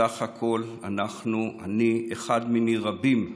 בסך הכול אנחנו, אני, אחד מני רבים,